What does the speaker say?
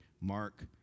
Mark